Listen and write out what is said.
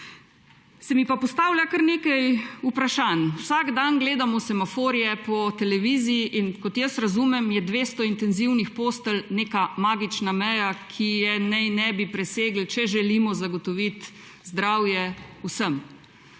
Se mi pa postavlja kar nekaj vprašanj. Vsak dan gledamo semaforje po televiziji, in kot jaz razumem, je 200 intenzivnih postelj neka magična meja, ki je naj ne bi presegli, če želimo zagotoviti zdravje vsem.